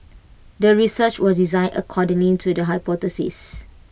the research was designed accordingly to the hypothesis